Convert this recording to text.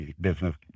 business